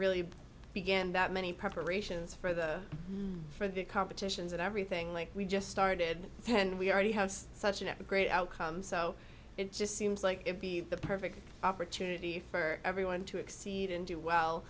really began that many preparations for the for the competitions and everything like we just started and we already have such an epic great outcome so it just seems like it be the perfect opportunity for everyone to exceed and do well